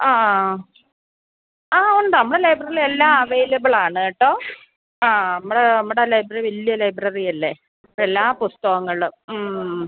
ആ ആ ആ ഉണ്ട് നമ്മളെ ലൈബ്രറീലെല്ലാം അവൈലബിളാണ് കേട്ടോ ആ നമ്മളെ നമ്മുടെ ലൈബ്രറി വലിയ ലൈബ്രറിയല്ലേ അപ്പം എല്ലാ പുസ്തകങ്ങളും